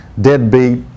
deadbeat